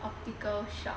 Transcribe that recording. optical shop